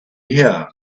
here